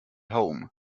home